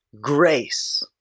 grace